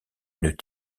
une